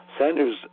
Sanders